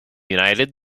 united